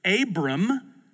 Abram